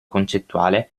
concettuale